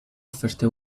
offerte